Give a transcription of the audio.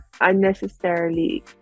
unnecessarily